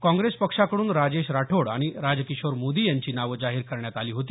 काँग्रेस पक्षाकडून राजेश राठोड आणि राजकिशोर मोदी यांची नावं जाहीर करण्यात आली होती